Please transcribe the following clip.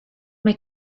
mae